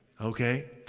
Okay